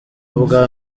ubwa